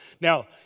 Now